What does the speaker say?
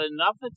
enough